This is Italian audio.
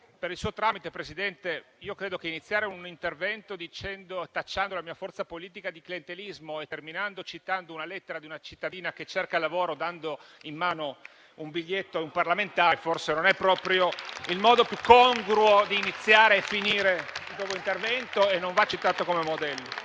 per il suo tramite, signor Presidente, vorrei dire che a mio avviso iniziare un intervento tacciando la mia forza politica di clientelismo e terminarlo citando una lettera di una cittadina che cerca lavoro dando in mano un biglietto a un parlamentare forse non è proprio il modo più congruo di iniziare e finire il proprio intervento e non va citato come modello.